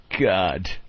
God